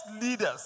leaders